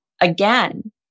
again